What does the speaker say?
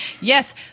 Yes